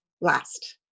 last